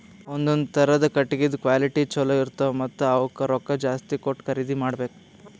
ಒಂದೊಂದ್ ಥರದ್ ಕಟ್ಟಗಿದ್ ಕ್ವಾಲಿಟಿ ಚಲೋ ಇರ್ತವ್ ಮತ್ತ್ ಅವಕ್ಕ್ ರೊಕ್ಕಾ ಜಾಸ್ತಿ ಕೊಟ್ಟ್ ಖರೀದಿ ಮಾಡಬೆಕ್